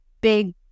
big